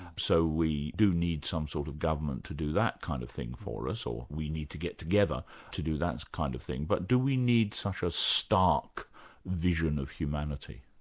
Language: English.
so we do need some sort of government to do that kind of thing for us, or we need to get together to do that kind of thing, but do we need such a stark vision of humanity?